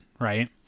Right